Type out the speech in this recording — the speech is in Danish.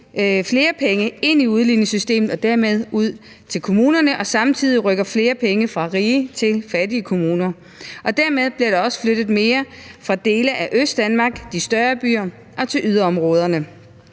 flere penge ind i udligningssystemet og dermed ud til kommunerne, og samtidig rykker flere penge fra rige til fattige kommuner. Dermed bliver der også flyttet mere fra dele af Østdanmark, de større byer, og til yderområderne.